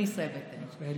מישראל ביתנו.